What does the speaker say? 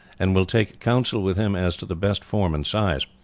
and will take council with him as to the best form and size.